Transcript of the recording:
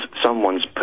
someone's